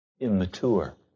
immature